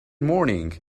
morning